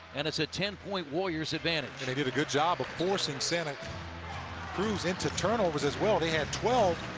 and it's a ten-point warriors advantage. they did a good job of forcing santa cruz into turnovers as well. they had twelve,